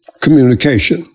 communication